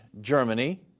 Germany